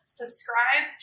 subscribe